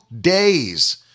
days